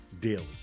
daily